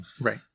Right